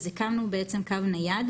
אז הקמנו קו נייד,